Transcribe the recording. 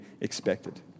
expected